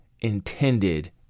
intended